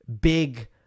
big